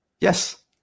Yes